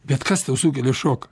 bet kas tau sukelia šoką